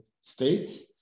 States